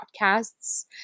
podcasts